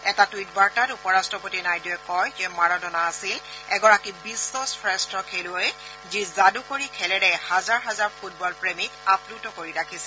এটা টুইট বাৰ্তাত উপ ৰাট্টপতি নাইডুৰে কয় যে মাৰাডোনা আছিল এগৰাকী বিশ্বশ্ৰেষ্ঠ খেলুৱৈ যি যাদুকৰী খেলেৰে হাজাৰ হাজাৰ ফুটবলপ্ৰেমীক আগ্লুত কৰি ৰাখিছিল